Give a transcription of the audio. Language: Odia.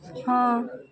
ହଁ